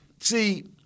see